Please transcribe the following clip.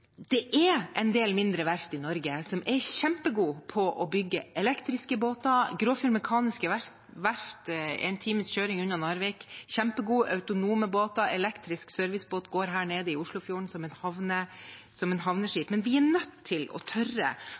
Det er en del mindre verft i Norge som er kjempegode på å bygge elektriske båter – Grovfjord Mekaniske Verksted, en times kjøring unna Narvik, produserer kjempegode autonome båter, en elektrisk servicebåt går her i Oslofjorden som et havneskip – men vi er nødt til å tørre